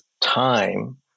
time